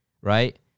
right